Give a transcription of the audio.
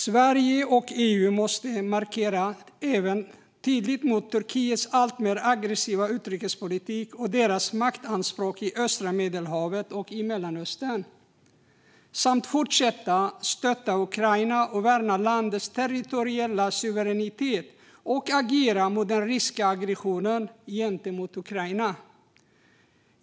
Sverige och EU måste också markera tydligare mot Turkiets alltmer aggressiva utrikespolitik och maktanspråk i östra Medelhavet och Mellanöstern samt fortsätta stötta Ukraina, värna landets territoriella suveränitet och agera mot den ryska aggressionen gentemot Ukraina.